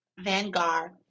vanguard